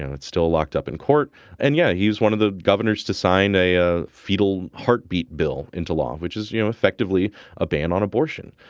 and it's still locked up in court and yeah he was one of the governors to sign a a fetal heartbeat bill into law which is you know effectively a ban on abortion.